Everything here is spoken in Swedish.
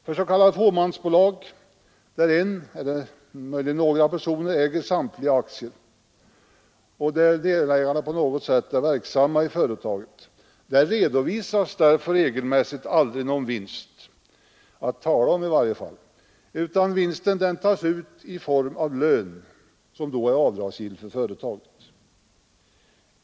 För s.k. fåmansbolag, där en eller möjligen några personer äger samtliga aktier och där delägarna på något sätt är verksamma i företaget, redovisas därför regelmässigt aldrig någon vinst — inte någon vinst att tala om i varje fall —, utan vinsten tas ut i form av lön som är avdragsgill för företaget.